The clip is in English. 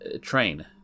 Train